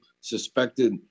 suspected